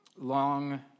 long